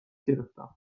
گرفتم